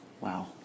wow